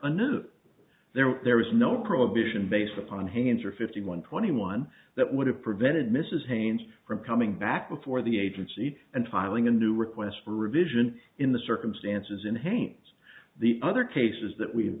a new there there was no prohibition based upon hands or fifty one twenty one that would have prevented mrs haynes from coming back before the agency and filing a new request for revision in the circumstances in haynes the other cases that we've